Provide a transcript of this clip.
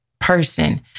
person